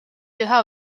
üha